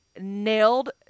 nailed